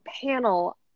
panel